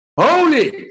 Holy